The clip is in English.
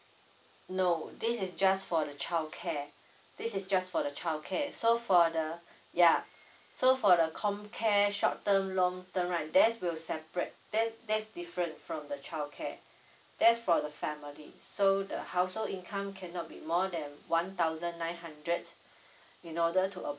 no this is just for the childcare this is just for the childcare so for the yeah so for the comcare short term long term right there's will separate that that's different from the childcare that's for the family so the household income cannot be more than one thousand nine hundred in order to apply